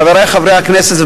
חברי חברי הכנסת,